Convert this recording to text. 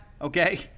okay